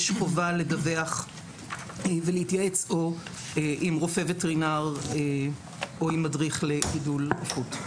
יש חובה לדווח ולהתייעץ או עם רופא וטרינר או עם מדריך לגידול עופות.